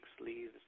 sleeves